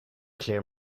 clear